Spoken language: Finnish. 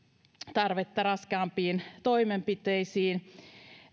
tarvetta raskaampiin toimenpiteisiin